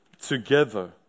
together